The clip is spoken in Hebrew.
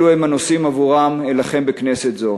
אלו הם הנושאים שעבורם אלחם בכנסת זו.